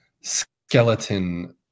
skeleton